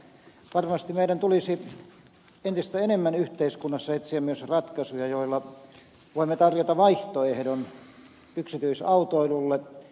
varmasti meidän tulisi entistä enemmän yhteiskunnassa etsiä myös ratkaisuja joilla voimme tarjota vaihtoehdon yksityisautoilulle